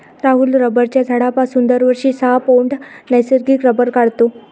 राहुल रबराच्या झाडापासून दरवर्षी सहा पौंड नैसर्गिक रबर काढतो